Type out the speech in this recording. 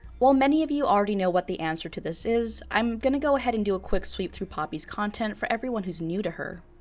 while many of you already know what the answer to this is, i'm going to go ahead and do a quick sweep through poppy's content for everyone who is new to her.